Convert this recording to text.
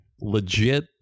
Legit